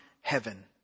heaven